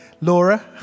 Laura